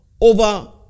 over